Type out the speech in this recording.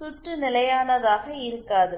சுற்று நிலையானதாக இருக்காது